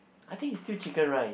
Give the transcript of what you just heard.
I think is still Chicken Rice